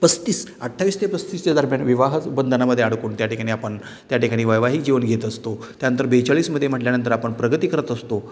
पस्तीस अठ्ठावीस ते पस्तीसच्या दरम्यान विवाह बंधनामध्ये अडकून त्या ठिकाणी आपन त्याठिकाणी वैवाहिक जीवन घेत असतो त्यानंतर बेचाळीसमध्ये म्हटल्यानंतर आपण प्रगती करत असतो